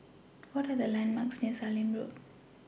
What Are The landmarks near Sallim Road